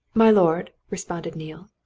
my lord! responded neale.